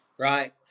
Right